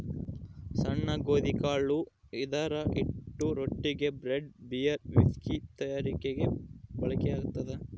ಸಣ್ಣ ಗೋಧಿಕಾಳು ಇದರಹಿಟ್ಟು ರೊಟ್ಟಿಗೆ, ಬ್ರೆಡ್, ಬೀರ್, ವಿಸ್ಕಿ ತಯಾರಿಕೆಗೆ ಬಳಕೆಯಾಗ್ತದ